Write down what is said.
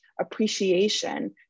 appreciation